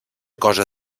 cosa